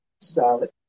salad